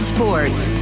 Sports